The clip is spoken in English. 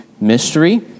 mystery